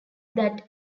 that